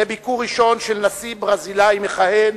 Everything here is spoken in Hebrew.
לביקור ראשון של נשיא ברזיל מכהן